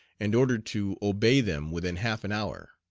and ordered to obey them within half an hour.